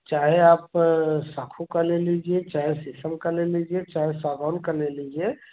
चाहे आप साखू का ले लीजिए चाहे शीशम का ले लीजिए चाहे सागवान का ले लीजिए